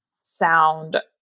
sound